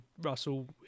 Russell